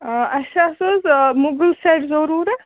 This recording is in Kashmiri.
اَسہِ حظ أسۍ مُغل سٮ۪ٹ ضروٗرَتھ